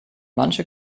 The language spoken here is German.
manche